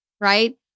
right